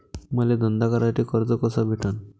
मले धंदा करासाठी कर्ज कस भेटन?